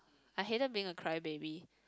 I hated being a cry baby